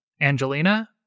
Angelina